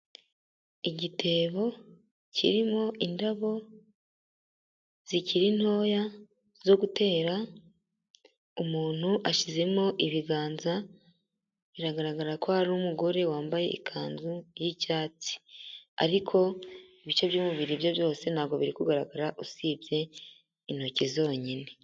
Igitebo kirimo indabo zikiri ntoya zo gutera, umuntu ashyizemo ibiganza biragaragara ko ari umugore wambaye ikanzu y'icyatsi, ariko ibice by'umubiri bye byose ntabwo biri kugaragara usibye intoki zonyine.